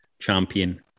champion